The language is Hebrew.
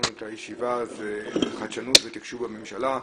שקבענו לישיבה זה חדשנות ותקשוב בממשלה,